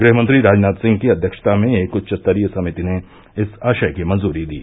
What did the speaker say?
गृहमंत्री राजनाथ सिंह की अध्यक्षता में एक उच्चस्तरीय समिति ने इस आशय की मंजूरी दी